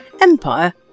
Empire